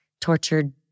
tortured